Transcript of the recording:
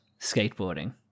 skateboarding